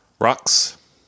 Rocks